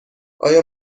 آیا